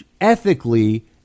ethically